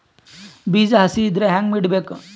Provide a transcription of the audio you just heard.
ಬೀಜ ಹಸಿ ಇದ್ರ ಹ್ಯಾಂಗ್ ಇಡಬೇಕು?